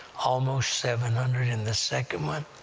almost seven hundred and the second one,